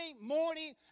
morning